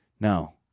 no